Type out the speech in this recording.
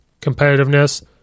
competitiveness